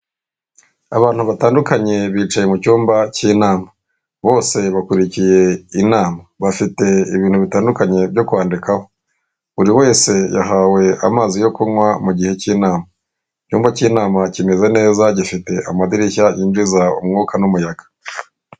Abantu batandukanye bicaye mu cyumba cy'inama bose bakurikiye inama bafite ibintu bitandukanye byo kwandikaho, buri wese yahawe amazi yo kunywa mu gihe cy'inama. Icyumba cy'inama kimeza neza gifite amadirishya yinjiza umwuka n'umuyaga.